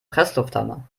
presslufthammer